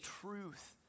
truth